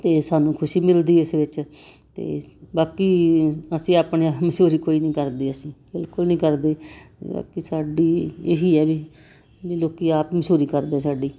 ਅਤੇ ਸਾਨੂੰ ਖੁਸ਼ੀ ਮਿਲਦੀ ਇਸ ਵਿੱਚ ਅਤੇ ਬਾਕੀ ਅਸੀਂ ਆਪਣੇ ਮਸ਼ਹੂਰੀ ਕੋਈ ਨਹੀਂ ਕਰਦੇ ਅਸੀਂ ਬਿਲਕੁਲ ਨਹੀਂ ਕਰਦੇ ਕਿ ਸਾਡੀ ਇਹੀ ਹੈ ਵੀ ਵੀ ਲੋਕੀ ਆਪ ਮਸ਼ਹੂਰੀ ਕਰਦੇ ਸਾਡੀ